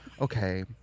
Okay